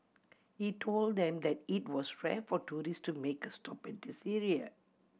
he told them that it was rare for tourist to make a stop at this area